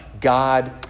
God